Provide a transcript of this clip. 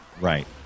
right